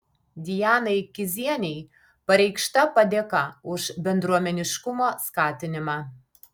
dianai kizienei pareikšta padėka už bendruomeniškumo skatinimą